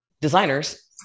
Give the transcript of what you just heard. Designers